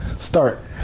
Start